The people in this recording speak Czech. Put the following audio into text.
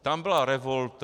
Tam byla revolta.